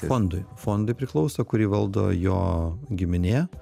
fondui fondui priklauso kurį valdo jo giminė